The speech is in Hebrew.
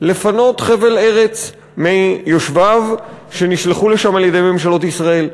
לפנות חבל ארץ מיושביו שנשלחו לשם על-ידי ממשלות ישראל,